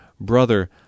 Brother